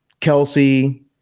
Kelsey